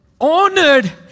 honored